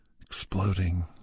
exploding